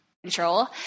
control